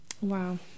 Wow